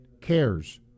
cares